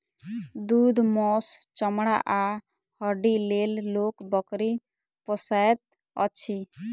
दूध, मौस, चमड़ा आ हड्डीक लेल लोक बकरी पोसैत अछि